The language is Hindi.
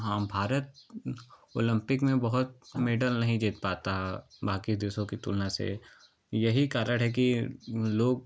हाँ भारत ओलिंपिक में बहुत मेडल नहीं जीत पाता बाँकी देशों की तुलना से यही कारण है कि लोग